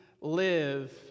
live